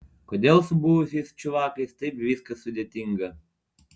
kodėl su buvusiais čiuvakais taip viskas sudėtinga